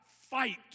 fight